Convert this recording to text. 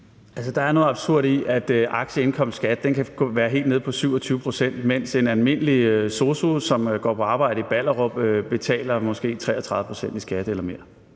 Der er noget absurd i, at aktieindkomstskatten kan være helt nede på 27 pct., mens en almindelig sosu, som går på arbejde i Ballerup, måske betaler 33 pct. i skat eller mere.